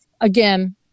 Again